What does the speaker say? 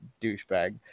douchebag